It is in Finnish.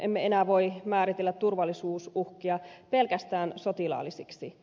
emme enää voi määritellä turvallisuusuhkia pelkästään sotilaallisiksi